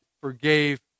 forgave